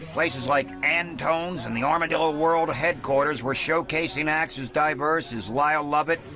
places like antone's and the armadillo world headquarters were showcasing acts as diverse as lyle lovett,